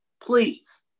please